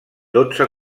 dotze